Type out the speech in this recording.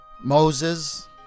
Moses